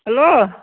hello